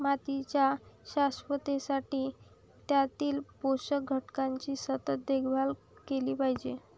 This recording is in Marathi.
मातीच्या शाश्वततेसाठी त्यातील पोषक घटकांची सतत देखभाल केली पाहिजे